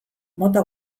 mota